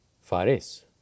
Fares